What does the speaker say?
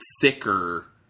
thicker